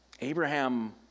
Abraham